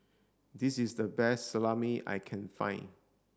this is the best Salami I can find